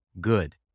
good